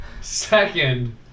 second